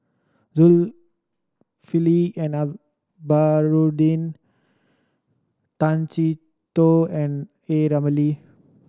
Zulkifli and Baharudin Tay Chee Toh and A Ramli